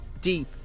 deep